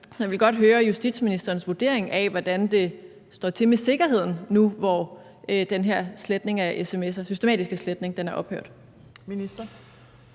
jeg vil godt høre justitsministerens vurdering af, hvordan det står til med sikkerheden nu, hvor den her systematiske sletning af sms'er